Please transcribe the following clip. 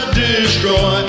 destroy